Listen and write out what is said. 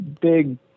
big